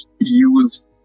use